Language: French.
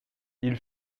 ils